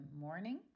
morning